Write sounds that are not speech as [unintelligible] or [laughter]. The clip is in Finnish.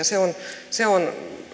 [unintelligible] se on se on